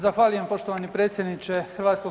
Zahvaljujem poštovani predsjedniče HS.